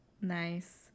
Nice